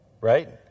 right